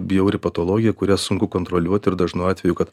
bjauri patologija kurią sunku kontroliuoti ir dažnu atveju kad